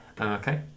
Okay